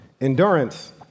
endurance